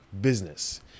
business